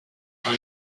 her